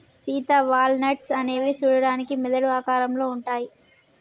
Sita walnuts అనేవి సూడడానికి మెదడు ఆకారంలో ఉంటాయి